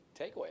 takeaway